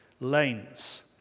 lanes